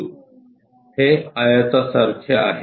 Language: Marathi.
हे आयतासारखे आहे